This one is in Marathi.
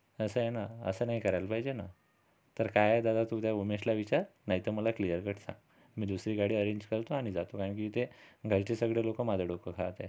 असं आहे न असं नाही करायला पाहिजे न तर काय दादा तू त्या उमेशला विचार नाही तर मला क्लिअर कट सांग मी दुसरी गाडी अरेंज करतो आणि जातो कारण की इथे घरचे सगळे लोकं माझं डोकं खात आहे